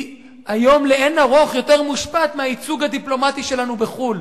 מושפעת היום לאין ערוך מהייצוג הדיפלומטי שלנו בחוץ-לארץ.